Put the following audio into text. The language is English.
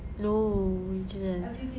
no you didn't